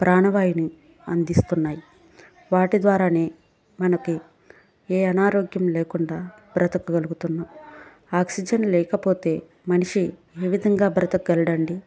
ప్రాణవాయువును అందిస్తున్నాయి వాటి ద్వారానే మనకి ఏ అనారోగ్యం లేకుండా బ్రతకగలుగుతున్నాం ఆక్సిజన్ లేకపోతే మనిషి ఏవిధంగా బ్రతకగలడండి